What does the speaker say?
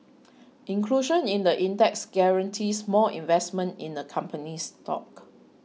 inclusion in the index guarantees more investment in the company's stock